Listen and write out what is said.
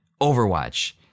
Overwatch